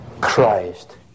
Christ